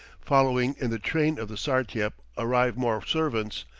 following in the train of the sartiep arrive more servants,